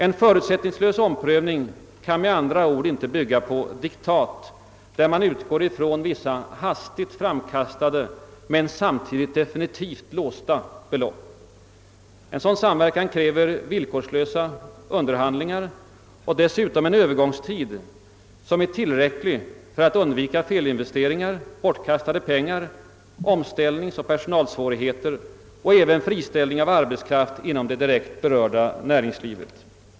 En förutsättningslös omprövning kan med andra ord inte bygga på diktat, där man utgår ifrån vissa hastigt framkastade men samtidigt definitivt låsta belopp. En sådan samverkan kräver villkorslösa underhandlingar och dessutom en övergångstid som är tillräcklig för att undvika felinvesteringar, bortkastade pengar, omställningsoch personalsvårigheter och även friställning av arbetskraft inom det direkt berörda näringslivet.